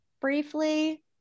briefly